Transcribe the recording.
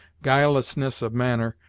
guilelessness of manner,